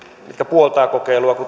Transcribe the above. puoltavat kokeilua